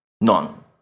None